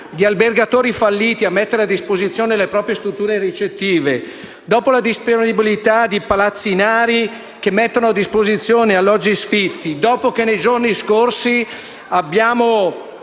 di albergatori falliti di mettere a disposizione le proprie strutture ricettive e la disponibilità di palazzinari che mettono a disposizione alloggi sfitti e dopo che nei giorni scorsi le